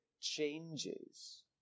changes